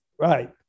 Right